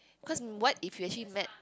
because what if you actually met